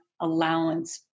allowance